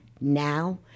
now